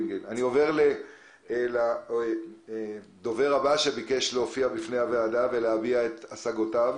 אני עובר לדובר הבא שביקש להופיע בפני הוועדה ולהביע את השגותיו,